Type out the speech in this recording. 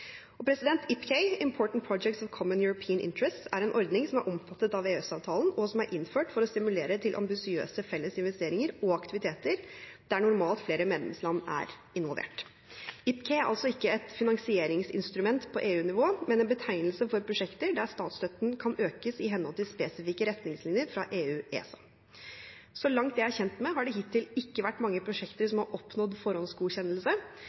Projects of Common European Interest, er en ordning som er omfattet av EØS-avtalen, og som er innført for å stimulere til ambisiøse felles investeringer og aktiviteter der normalt flere medlemsland er involvert. IPCEI er altså ikke et finansieringsinstrument på EU-nivå, men en betegnelse for prosjekter der statsstøtten kan økes i henhold til spesifikke retningslinjer fra EU/ESA. Så langt jeg er kjent med, har det hittil ikke vært mange prosjekter som har oppnådd forhåndsgodkjennelse.